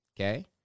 okay